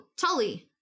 Tully